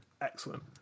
Excellent